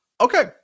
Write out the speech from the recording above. Okay